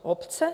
Obce?